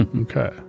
Okay